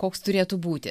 koks turėtų būti